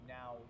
now